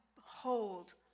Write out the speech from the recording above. hold